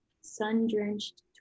sun-drenched